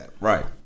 Right